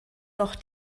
noch